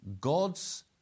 God's